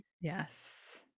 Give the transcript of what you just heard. Yes